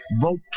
vote